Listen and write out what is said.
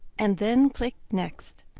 and then click next.